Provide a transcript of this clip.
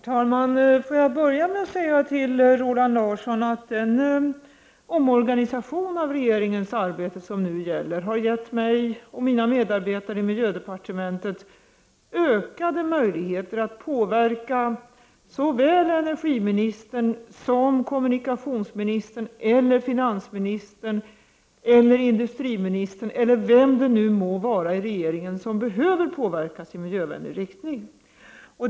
Herr talman! Jag vill börja med att säga till Roland Larsson att den omorganisation av regeringens arbete som nu gäller har gett mig och mina medarbetare i miljödepartementet ökade möjligheter att påverka såväl energiministern som kommunikationsministern — eller finansministern eller industriministern eller vem det än må vara som behöver påverkas i miljövänlig riktning.